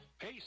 Hey